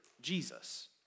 Jesus